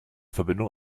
verbindung